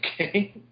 Okay